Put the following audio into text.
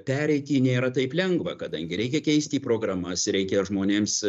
pereiti nėra taip lengva kadangi reikia keisti programas reikia žmonėms